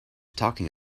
talking